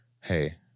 hey